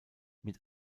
mit